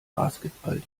basketball